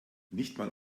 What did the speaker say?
nichtmal